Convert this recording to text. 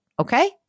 Okay